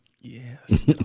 Yes